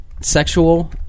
sexual